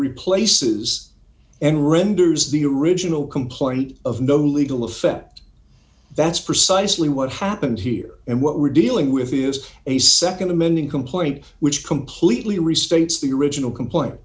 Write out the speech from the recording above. replaces and renders the original complaint of no legal effect that's precisely what happened here and what we're dealing with you use a nd amending complaint which completely restates the original complaint